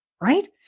right